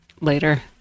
later